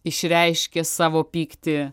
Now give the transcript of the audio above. išreiškė savo pyktį